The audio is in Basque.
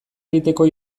egiteko